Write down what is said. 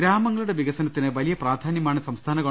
ഗ്രാമങ്ങളുടെ വികസനത്തിന് വലിയ പ്രാധാന്യമാണ് സംസ്ഥാ ന ഗവ